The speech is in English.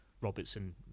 Robertson